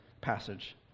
passage